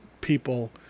people